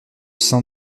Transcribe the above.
sein